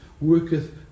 worketh